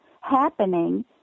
happening